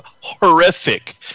horrific